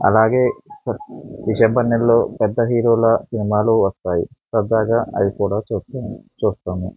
అలాగే డిసెంబర్ నెలలో పెద్ద హీరోల సినిమాలు వస్తాయి సరదాగా అవి కూడా చూస్తాము చూస్తాము